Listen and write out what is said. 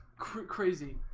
crazy